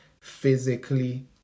physically